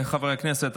חברי הכנסת,